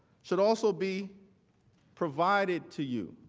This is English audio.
should also be provided to you.